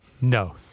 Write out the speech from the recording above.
no